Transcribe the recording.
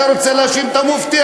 אתה רוצה להאשים את המופתי,